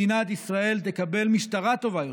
מדינת ישראל תקבל משטרה טובה יותר,